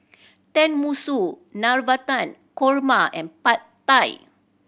Tenmusu Navratan Korma and Pad Thai